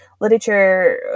Literature